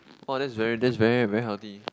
oh that's very that's very very healthy